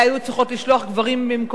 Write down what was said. אלא הן היו צריכות לשלוח גברים במקומן,